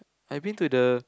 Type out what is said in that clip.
I been to the